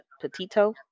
Petito